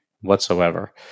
whatsoever